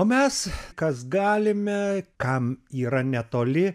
o mes kas galime kam yra netoli